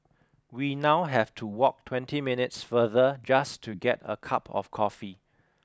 we now have to walk twenty minutes further just to get a cup of coffee